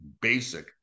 basic